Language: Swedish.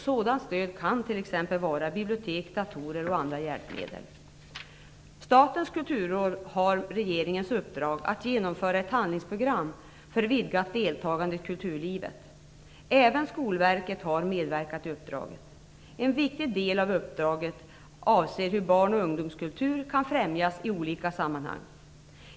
Sådant stöd kan t.ex. vara bibliotek, datorer och andra hjälpmedel. Statens kulturråd har regeringens uppdrag att genomföra ett handlingsprogram för vidgat deltagande i kulturlivet. Även Skolverket har medverkat i uppdraget. En viktig del av uppdraget avser hur barn och ungdomskultur kan främjas i olika sammanhang.